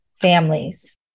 families